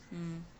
mm